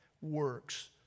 works